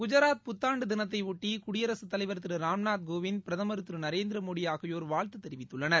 குஜராத் புத்தாண்டு தினத்தையொட்டி குடியரசுத் தலைவா திரு ராம்நாத் கோவிந்த் பிரதம் திரு நரேந்திரமோடி ஆகியோர் வாழ்த்து தெரிவித்துள்ளனர்